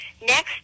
next